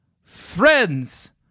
Friends